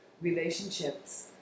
relationships